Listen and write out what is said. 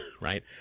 right